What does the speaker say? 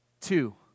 Two